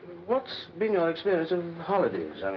what's been your experience in holidays? i